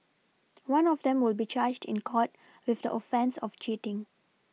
one of them will be charged in court with the offence of cheating